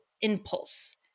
impulse